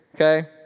okay